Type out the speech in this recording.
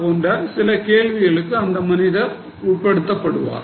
போன்ற சில கேள்விகளுக்கு அந்த மனிதர் உட்படுத்தப்படுவார்